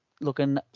looking